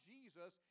Jesus